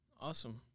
Awesome